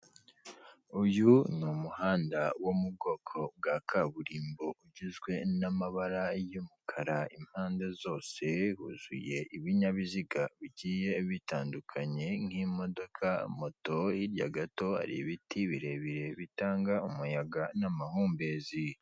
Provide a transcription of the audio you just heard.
Uyu ni umuhanda wo mu bwoko bwa kaburimbo, ugizwe n'amabara y'umukara impande zose, wuzuye ibinyabiziga bigiye bitandukanye nk'imodoka, moto, hirya gato hari ibiti birebire bitanga umuyaga n'amahumbezi.